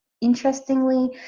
interestingly